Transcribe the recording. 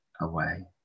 away